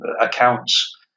accounts